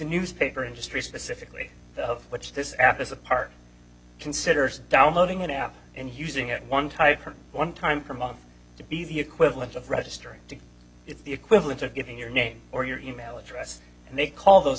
newspaper industry specifically of which this app is a part considers downloading an app and using it one type or one time per month to be the equivalent of registering to it's the equivalent of giving your name or your e mail address and they call those